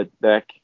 back